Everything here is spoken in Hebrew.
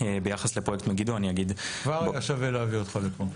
ביחס לפרויקט מגידו --- כבר היה שווה להביא אותך לפה.